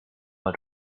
mal